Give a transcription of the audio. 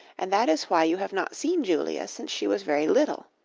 and that is why you have not seen julia since she was very little.